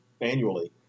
annually